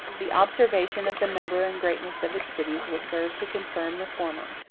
the observation of the number and greatness of its cities will serve to confirm the former,